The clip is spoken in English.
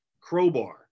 Crowbar